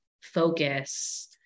focus